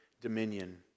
dominion